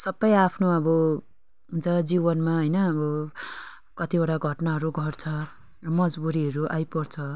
सबै आफ्नो अब हुन्छ जीवनमा होइन अब कतिवटा घटनाहरू घट्छ मजबुरीहरू आइपर्छ